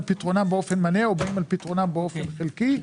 פתרונם באופן מלא או באים על פתרונם באופן חלקי,